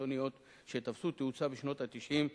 קיצוניות שתפסו תאוצה בשנות ה-90,